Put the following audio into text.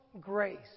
grace